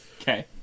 Okay